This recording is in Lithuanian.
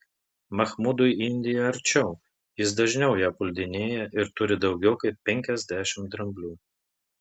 mahmudui indija arčiau jis dažniau ją puldinėja ir turi daugiau kaip penkiasdešimt dramblių